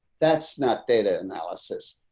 that's not data analysis.